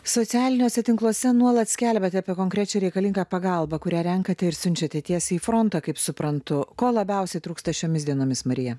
socialiniuose tinkluose nuolat skelbiate apie konkrečią reikalingą pagalbą kurią renkate ir siunčiate tiesiai į frontą kaip suprantu ko labiausiai trūksta šiomis dienomis marija